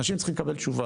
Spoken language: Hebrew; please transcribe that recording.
אנשים צריכים לקבל תשובה.